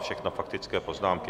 Všechno faktické poznámky.